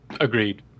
Agreed